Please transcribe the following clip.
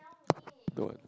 don't want